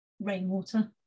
rainwater